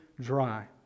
dry